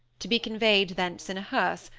to be conveyed thence in a hearse,